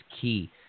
key